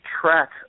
track